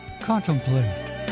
Contemplate